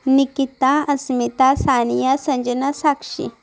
Nikita Asmita Sania Sanjana Sakshi